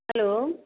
hello